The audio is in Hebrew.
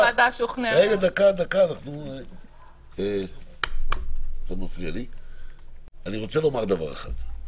אם הוועדה שוכנעה --- אני רוצה לומר דבר אחד.